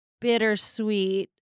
bittersweet